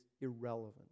irrelevant